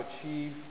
achieve